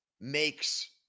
makes